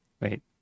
Wait